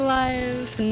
life